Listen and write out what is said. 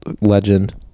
legend